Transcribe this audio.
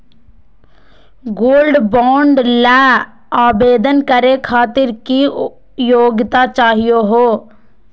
Gold bond ल आवेदन करे खातीर की योग्यता चाहियो हो?